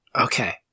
okay